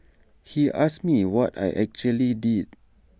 he asked me what I actually did